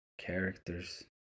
characters